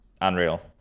unreal